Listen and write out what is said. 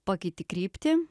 pakeiti kryptį